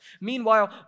Meanwhile